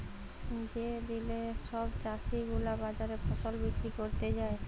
যে দিলে সব চাষী গুলা বাজারে ফসল বিক্রি ক্যরতে যায়